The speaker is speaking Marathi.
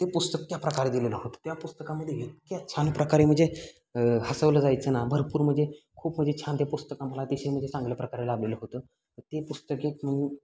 ते पुस्तक त्या प्रकारे दिलेलं होतं त्या पुस्तकामध्ये इतक्या छान प्रकारे म्हणजे हसवलं जायचं ना भरपूर म्हणजे खूप म्हणजे छान ते पुस्तक आम्हाला अतिशय म्हणजे चांगल्या प्रकारे लाभलेलं होतं तर ते पुस्तक एक मी